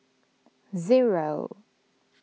zero